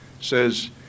says